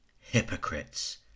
Hypocrites